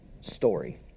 story